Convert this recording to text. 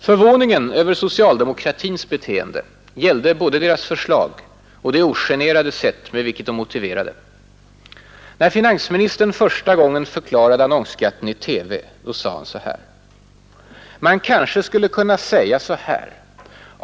Förvåningen över socialdemokratins beteende gällde både deras förslag och det ogenerade sätt med vilket de motiverade det. När finansministern första gången förklarade annonsskatten i TV sade han: ”Man kanske skulle kunna säga så här.